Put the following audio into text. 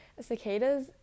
cicadas